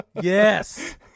yes